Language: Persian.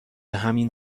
همین